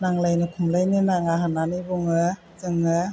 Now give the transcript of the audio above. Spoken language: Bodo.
नांलायनो खमलायनो नाङा होन्नानै बुङो जोङो